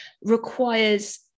requires